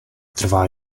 trvá